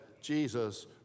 Jesus